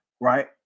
right